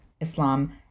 Islam